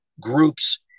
groups